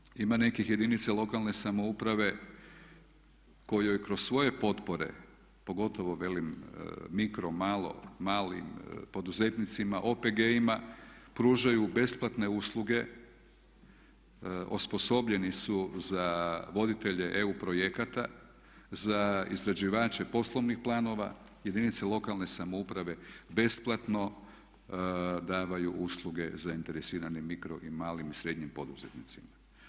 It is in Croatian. Isto tako, ima nekih jedinica lokalne samouprave koje kroz svoje potpore pogotovo velim mikro, malo, malim poduzetnicima OPG-ima pružaju besplatne usluge osposobljeni su za voditelje EU projekata, za izrađivače poslovnih planova jedinice lokalne samouprave besplatno daju usluge zainteresiranim mikro i malim i srednjim poduzetnicima.